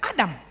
Adam